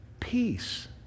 peace